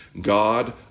God